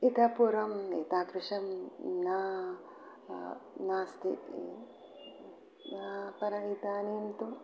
इतः पूर्वम् एतादृशं न नास्ति इ परम् इदानीं तु